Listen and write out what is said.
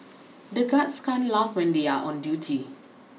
the guards can't laugh when they are on duty